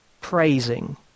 praising